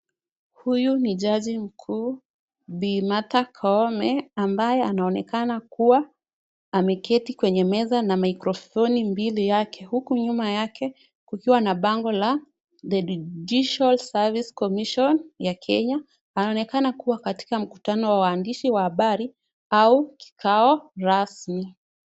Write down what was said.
Huyu ni jaji mkuu bi Martha Koome ambaye anaonekana kuwa ameketi kwenye meza na microphone mbili yake, huku nyuma yake kukiwa na bango la The Judicial Service Commission ya Kenya. Anaonekana kuwa katika mkutano na waandishi wa habari au kikao rasmi.